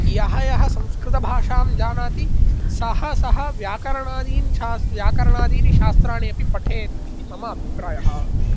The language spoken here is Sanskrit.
यः यः संस्कृतभाषां जानाति सः सः व्याकरणादीन् शास् व्याकरणादीनि शास्त्राणि अपि पठेत् इति मम अभिप्रायः